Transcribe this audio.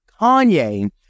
Kanye